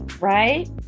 right